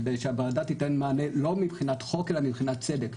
כדי שהוועדה תיתן מענה לא מבחינת חוק אלא מבחינת צדק,